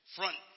front